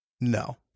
No